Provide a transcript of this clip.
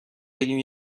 بگیم